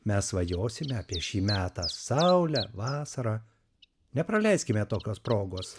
mes svajosime apie šį metą saulę vasarą nepraleiskime tokios progos